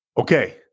Okay